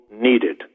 needed